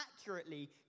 accurately